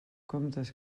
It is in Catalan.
comptes